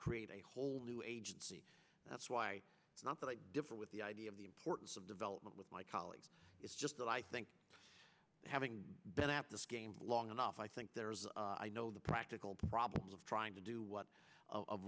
create a whole new agency that's why it's not that i differ with the idea of the importance of development with my colleagues it's just that i think having been at this game long enough i think there is i know the practical problems of trying to do what